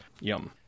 Yum